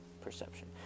perception